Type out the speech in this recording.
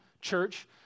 church